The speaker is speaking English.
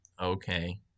Okay